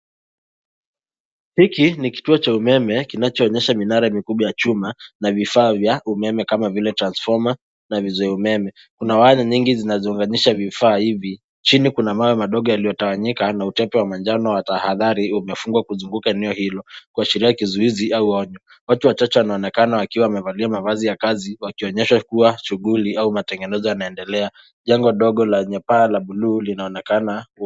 Hiki ni kituo cha umeme kinachoonyesha minara mikubwa ya chuma na vifaa vya umeme kama vile transfoma na vizuia umeme. Kuna waya nyingi zinazoonyesha vifaa hivi. Chini kuna mawe madogo yaliyotawanyika na utepe wa manjano wa tahadhari umefungwa kuzunguka eneo hilo kuashiria kizuizi au onyo. Watu watatu wanaonekana wakiwa wamevalia mavazi ya kazi, wakionyesha kuwa shughuli au matengenezo yanaendelea. Jengo dogo lenye paa la buluu linaonekana.